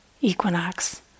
equinox